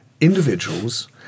individuals